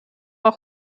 auch